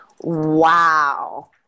Wow